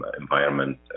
environment